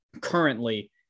currently